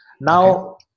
Now